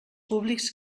públics